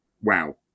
wow